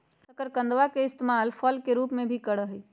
शकरकंदवा के इस्तेमाल फल के रूप में भी करा हई